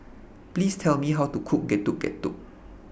Please Tell Me How to Cook Getuk Getuk